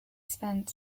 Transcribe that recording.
spent